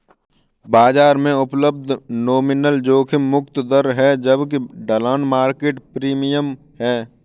बाजार में उपलब्ध नॉमिनल जोखिम मुक्त दर है जबकि ढलान मार्केट प्रीमियम है